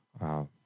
wow